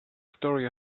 story